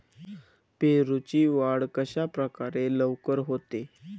पेरूची वाढ कशाप्रकारे लवकर होते?